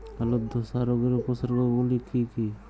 আলুর ধসা রোগের উপসর্গগুলি কি কি?